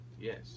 Yes